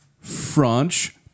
French